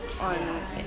on